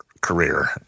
career